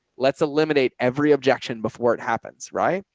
let's eliminate every objection before it happens, right?